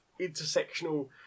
intersectional